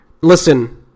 Listen